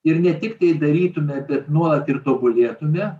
ir ne tiktai darytume bet nuolat ir tobulėtume